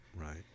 Right